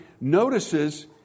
notices